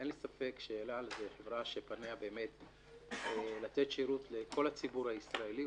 אין לי ספק שאל על היא חברה שפניה לתת שירות לכל הציבור הישראלי,